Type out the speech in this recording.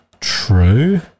True